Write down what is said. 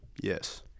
Yes